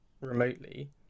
remotely